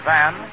Van